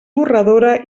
torradora